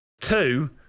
Two